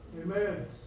Amen